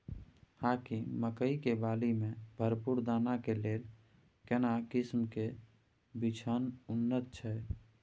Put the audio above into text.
हाकीम मकई के बाली में भरपूर दाना के लेल केना किस्म के बिछन उन्नत छैय?